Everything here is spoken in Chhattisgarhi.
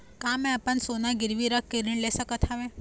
का मैं अपन सोना गिरवी रख के ऋण ले सकत हावे?